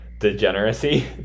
degeneracy